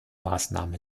maßnahmen